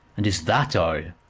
and is that all?